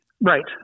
right